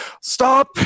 stop